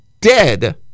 dead